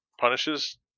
punishes